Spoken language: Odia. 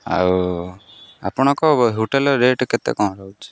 ଆଉ ଆପଣଙ୍କ ହୋଟେଲ୍ରେ ରେଟ୍ କେତେ କ'ଣ ରହୁଛି